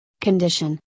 condition